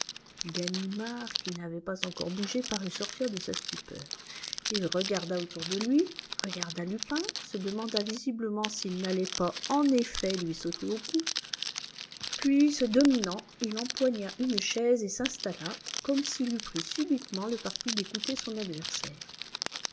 ganimard qui n'avait pas encore bougé parut sortir de sa stupeur il regarda autour de lui regarda lupin se demanda visiblement s'il n'allait pas en effet lui sauter au cou puis se dominant il empoigna une chaise et s'installa comme s'il eût pris subitement le parti d'écouter son adversaire